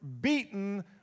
beaten